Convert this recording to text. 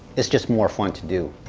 it's just more fun to do.